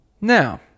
Now